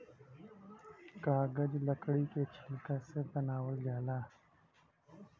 कागज लकड़ी के छिलका से बनावल जाला